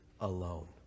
alone